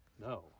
No